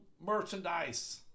merchandise